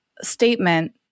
statement